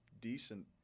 decent